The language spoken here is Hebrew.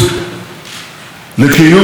במדינה יהודית ודמוקרטית,